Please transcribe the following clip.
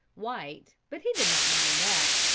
white, but he did not mind that,